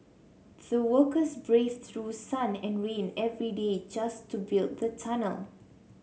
the workers braved through sun and rain every day just to build the tunnel